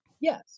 Yes